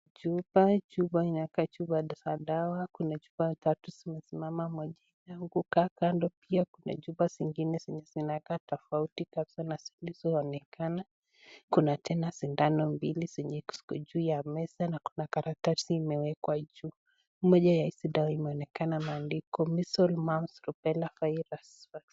Chupa Chupa ina katuba da dawa, kuna chupa tatu zimesimama moja imeanguka kando. Pia kuna chupa zingine zenye zinakaa tofauti kabisa na zilizoonkana. Kuna tena sindano mbili zenye ziko juu ya meza na kuna karatasi imewekwa juu. Moja ya hizi dawa imeonekana maandiko measles mumps rubella virus .